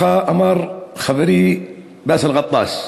ככה אמר חברי באסל גטאס,